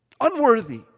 Unworthy